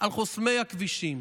על חוסמי הכבישים.